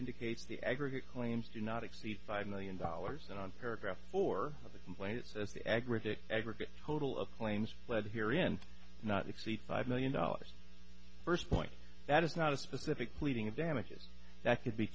indicates the aggregate claims do not exceed five million dollars and on paragraph four of the complaint says the aggregate aggregate total of claims lead here in not exceed five million dollars first point that is not a specific pleading of damages that could be